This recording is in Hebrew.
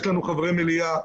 יש לנו חברי מליאה,